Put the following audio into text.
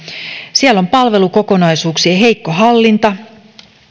siellä on palvelukokonaisuuksien heikko hallinta